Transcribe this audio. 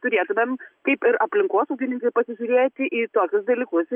turėtumėm kaip ir aplinkosaugininkai pasižiūrėti į tokius dalykus